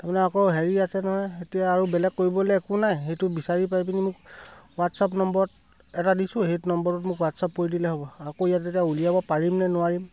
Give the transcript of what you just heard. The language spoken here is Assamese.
তাৰমানে আকৌ হেৰি আছে নহয় এতিয়া আৰু বেলেগ কৰিবলে একো নাই সেইটো বিচাৰি পাই পিনি মোক হোৱাটছআপ নম্বৰত এটা দিছোঁ সেই নম্বৰত মোক হোৱাটছআপ কৰি দিলে হ'ব আকৌ ইয়াত এতিয়া উলিয়াব পাৰিম নে নোৱাৰিম